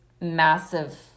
massive